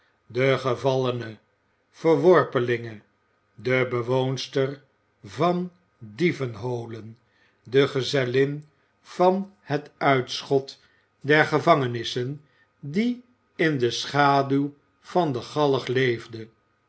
de gevallene verworpelinge de bewoonster van dievenholen de gezellin van het uitschot der gevangenissen die in de schaduw van de galg leefde